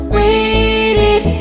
waited